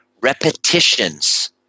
repetitions